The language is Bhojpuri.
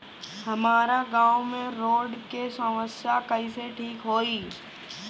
हमारा गाँव मे रोड के समस्या कइसे ठीक होई?